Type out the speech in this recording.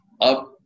up